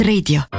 Radio